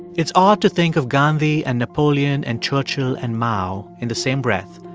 it's odd to think of gandhi and napoleon and churchill and mao in the same breath,